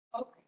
okay